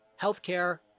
Healthcare